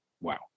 wow